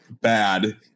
bad